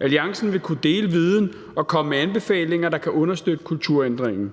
Alliancen vil kunne dele viden og komme med anbefalinger, der kan understøtte kulturændringen.